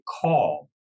call